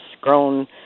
grown